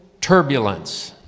turbulence